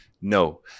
no